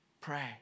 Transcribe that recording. pray